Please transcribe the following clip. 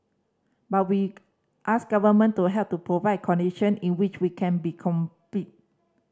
but we ask government to help to provide condition in which we can be compete